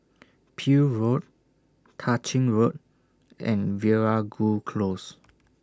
Peel Road Tah Ching Road and Veeragoo Close